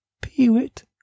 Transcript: Peewit